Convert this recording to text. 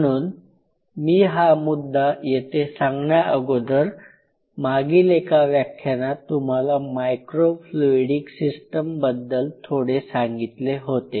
म्हणून मी हा मुद्दा येथे सांगण्याअगोदर मागील एका व्याख्यानात तुम्हाला मायक्रो फ्लूइडिक सिस्टमबद्दल थोडे सांगितले होते